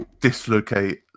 dislocate